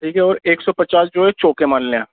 ٹھیک ہے اور ایک سو پچاس جو ہے چوکے مان لیں